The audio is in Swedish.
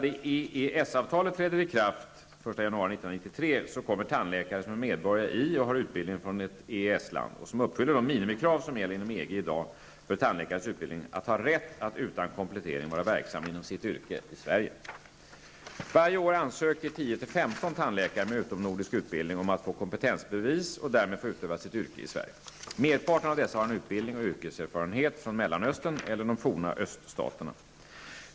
1993 kommer tandläkare som är medborgare i och har utbildning från ett EES-land och som uppfyller de minimikrav som gäller inom EG i dag för tandläkares utbildning att ha rätt att utan komplettering vara verksamma inom sitt yrke i Varje år ansöker 10--15 tandläkare med utomnordisk utbildning om att få kompetensbevis och därmed få utöva sitt yrke i Sverige. Merparten av dessa har en utbildning och yrkeserfarenhet från Mellanöstern eller de forna öststaterna.